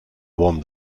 won